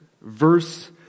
verse